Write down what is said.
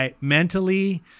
mentally